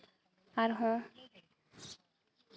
ᱟᱨ ᱦᱚᱸ